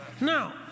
Now